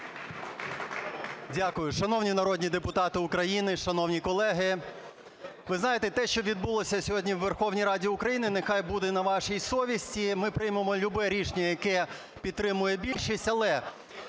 Дякую. Шановні народні депутати, шановні колеги, ви знаєте, те, що відбулося сьогодні в Верховній Раді України, нехай буде на ваші совісті. Ми приймемо любе рішення, яке підтримує більшість.